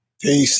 Peace